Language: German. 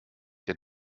der